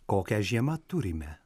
kokią žiemą turime